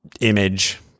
image